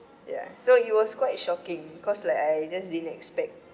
ya so it was quite shocking cause like I just didn't expect